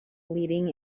leading